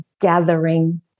gathering